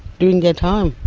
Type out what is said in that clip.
doing their time.